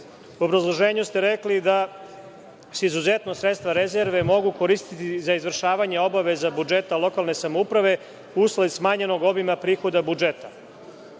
obrazloženju ste rekli da se izuzetno sredstva rezerve mogu koristiti za izvršavanje obaveza budžeta lokalne samouprave usled smanjenog obima prihoda budžeta.